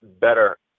better